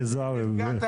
זועבי,